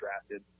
drafted